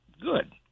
good